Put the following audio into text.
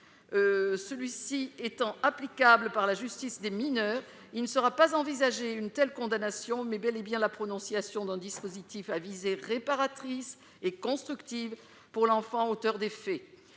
celui-ci étant applicable par la justice des mineurs, il ne sera pas envisager une telle condamnation mais bel et bien la prononciation d'un dispositif réparatrice et constructive pour l'enfant, auteur des faits,